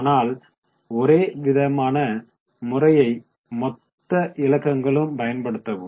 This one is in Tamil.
ஆனால் ஒரே விதமான முறையை மொத்த இலக்கங்களும் பயன்ப்படுத்தவும்